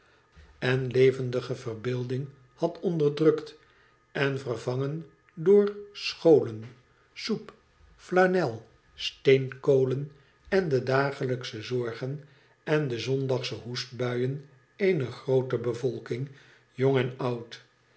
en levendige verbeelding had onder drukt en vervangen door scholen soep flanel steenkolen en de dagelijksche zorgen en de zondagsche hoestbuien eener groote bevolking jong en oud